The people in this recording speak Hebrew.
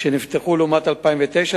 אדוני השר,